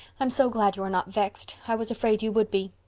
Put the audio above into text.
i'm so glad you are not vexed. i was afraid you would be.